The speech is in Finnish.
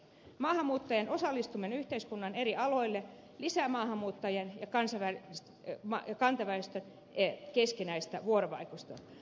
maahanmuuttajien osallistuminen yhteiskunnan eri aloille lisää maahanmuuttajien ja kantaväestön keskinäistä vuorovaikutusta